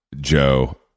Joe